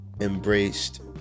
embraced